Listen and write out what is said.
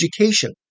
education